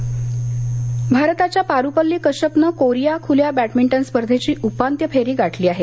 badminton भारताच्या पारुपल्ली कश्यपनं Korea खुल्या बॅडमिंटन स्पर्धेची उपान्त्य फेरी गाठली आहे